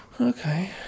Okay